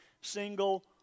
single